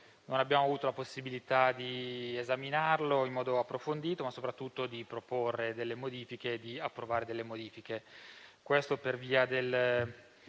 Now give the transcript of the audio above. non abbiamo avuto la possibilità di esaminarlo in modo approfondito e soprattutto di proporre e di approvare delle modifiche.